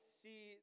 see